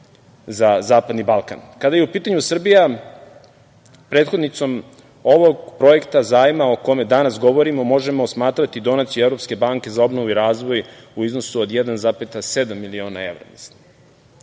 za Zapadni Balkan. Kada je u pitanju Srbija prethodnicom ovog projekta zajma, o kome danas govorimo, možemo smatrati donaciju Evropske banke za obnovu i razvoju u iznosu od 1,7 miliona